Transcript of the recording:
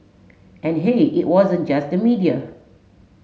and hey it wasn't just the media